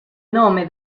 nome